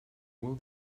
will